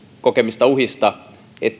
kokemista uhista